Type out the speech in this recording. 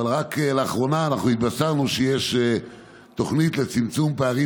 אבל רק לאחרונה אנחנו התבשרנו שיש תוכנית לצמצום פערים